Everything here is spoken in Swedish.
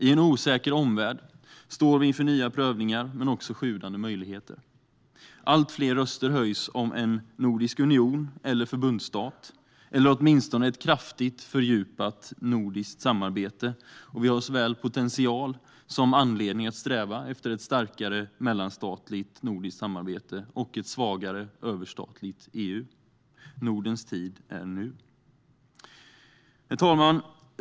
I en osäker omvärld står vi inför nya prövningar men också sjudande möjligheter. Allt fler röster höjs om en nordisk union eller förbundsstat, eller åtminstone ett kraftigt fördjupat nordiskt samarbete. Vi har såväl potential som anledning att sträva efter ett starkare mellanstatligt nordiskt samarbete och ett svagare överstatligt EU. Nordens tid är nu. Herr talman!